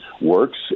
works